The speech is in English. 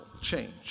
change